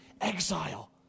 exile